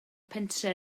pentref